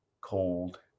cold